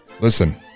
Listen